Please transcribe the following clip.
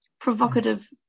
provocative